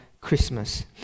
Christmas